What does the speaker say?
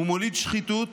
הוא מוליד שחיתות,